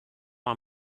man